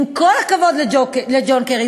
עם כל הכבוד לג'ון קרי,